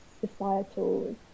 societal